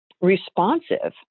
responsive